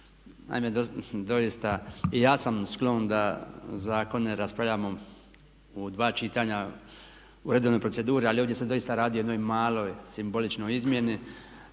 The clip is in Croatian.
Naime, doista i ja sam sklon da zakone raspravljamo u dva čitanja u redovnoj proceduri, ali ovdje se doista radi o jednoj maloj, simboličnoj izmjeni.